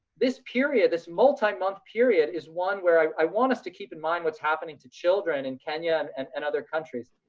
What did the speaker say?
this period, this multi-month period is one where i want us to keep in mind what's happening to children in kenya um and and other countries.